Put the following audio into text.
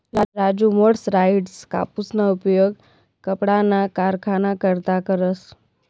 Raju mercerised कापूसना उपयोग कपडाना कारखाना करता करस